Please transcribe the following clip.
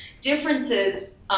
differences